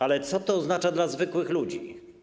Ale co to oznacza dla zwykłych ludzi?